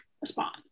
response